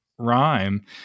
rhyme